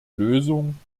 lösung